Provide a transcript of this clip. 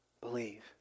believe